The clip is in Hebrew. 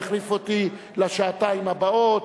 יחליף אותי לשעתיים הבאות.